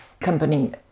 company